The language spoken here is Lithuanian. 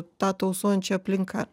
ta tausojančia aplinka